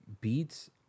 beats